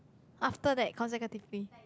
after that consecutively